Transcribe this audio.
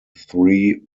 three